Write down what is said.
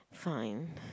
fine